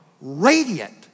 radiant